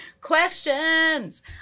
Questions